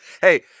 Hey